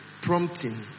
prompting